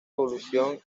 evolución